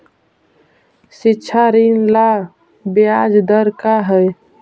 शिक्षा ऋण ला ब्याज दर का हई?